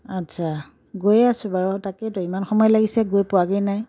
আচ্ছা গৈয়ে আছো বাৰু তাকেতো ইমান সময় লাগিছে গৈ পোৱাগৈই নাই